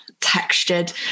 textured